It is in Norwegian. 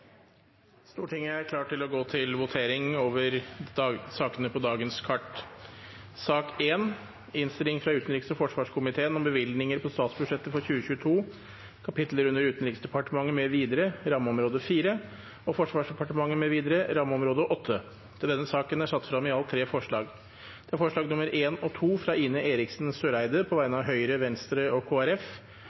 Stortinget er klar til å gå til votering over sakene på dagens kart. Under debatten er det satt frem i alt tre forslag. Det er forslagene nr. 1 og 2, fra Ine Eriksen Søreide på vegne av Høyre, Venstre og